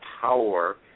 power